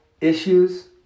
issues